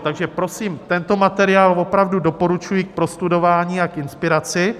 Takže prosím, tento materiál opravdu doporučuji k prostudování a k inspiraci.